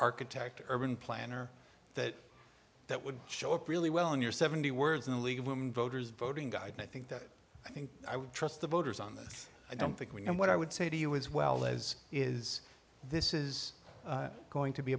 architect urban planner that that would show up really well in your seventy words in a league of women voters voting guide i think that i think i would trust the voters on this i don't think we know what i would say to you as well as is this is going to be